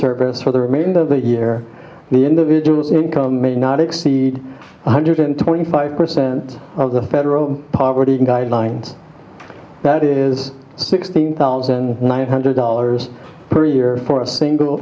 service for the remainder of the year the individual income may not exceed one hundred twenty five percent of the federal poverty guidelines that is sixteen thousand nine hundred dollars per year for a single